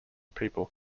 people